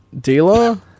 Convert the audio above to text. Dealer